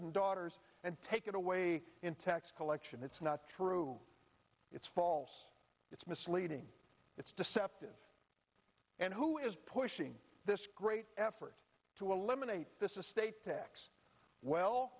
and daughters and take it away in tax collection it's not true it's false it's misleading it's deceptive and who is pushing this great effort to eliminate this estate tax well